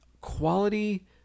quality